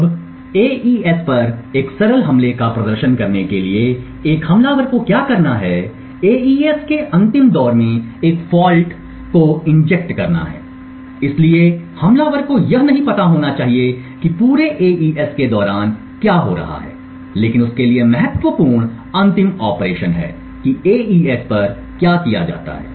अब एईएस पर एक सरल हमले का प्रदर्शन करने के लिए एक हमलावर को क्या करना है एईएस के अंतिम दौर में एक फॉल्ट fa को इंजेक्ट करना है इसलिए हमलावर को यह नहीं पता होना चाहिए कि पूरे एईएस के दौरान क्या हो रहा है लेकिन उसके लिए महत्वपूर्ण अंतिम ऑपरेशन है कि एईएस पर क्या किया जाता है